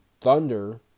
Thunder